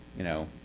you know.